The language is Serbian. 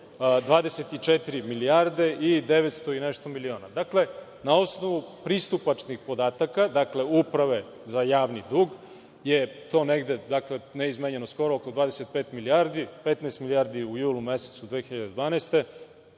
24 milijarde i 900 i nešto miliona. Dakle, na osnovu pristupačnih podataka, dakle Uprave za javni dug, je to negde oko 25 milijardi, 15 milijardi u julu mesecu 2012.